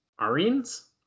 Arians